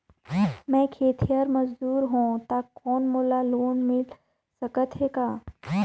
मैं खेतिहर मजदूर हों ता कौन मोला लोन मिल सकत हे का?